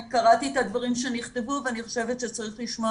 אני קראתי את הדברים שנכתבו ואני חושבת שצריך לשמוע